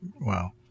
Wow